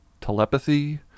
telepathy